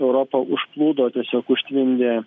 europą užplūdo tiesiog užtvindė